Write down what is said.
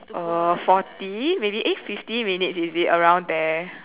uh forty maybe eh fifty minutes is it around there